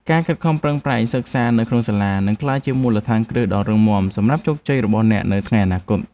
ការខិតខំប្រឹងប្រែងសិក្សានៅក្នុងសាលានឹងក្លាយជាមូលដ្ឋានគ្រឹះដ៏រឹងមាំសម្រាប់ជោគជ័យរបស់អ្នកនៅថ្ងៃអនាគត។